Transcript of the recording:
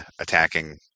attacking